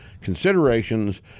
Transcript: considerations